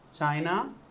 China